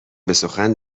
بسخن